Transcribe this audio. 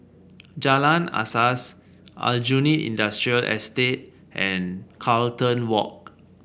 Jalan Asas Aljunied Industrial Estate and Carlton Walk